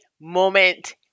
moment